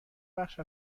بخش